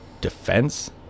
defense